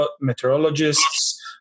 meteorologists